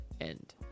End